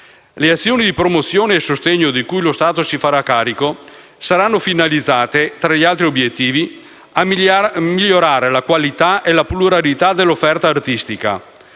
Le azioni di promozione e sostegno di cui lo Stato si farà carico saranno finalizzate, tra gli altri obiettivi, a migliorare la qualità e la pluralità dell'offerta artistica;